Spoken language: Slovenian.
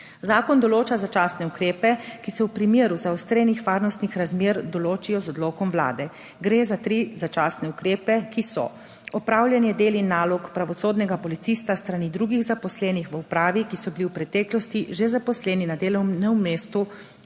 Zakon določa začasne ukrepe, ki se v primeru zaostrenih varnostnih razmer določijo z odlokom vlade. Gre za tri začasne ukrepe, ki so: opravljanje del in nalog pravosodnega policista s strani drugih zaposlenih v upravi, ki so bili v preteklosti že zaposleni na delovnem mestu